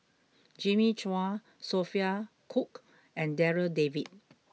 Jimmy Chua Sophia Cooke and Darryl David